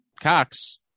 Cox